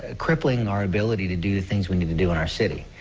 ah crippling our ability to do things we need to do in our city.